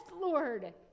Lord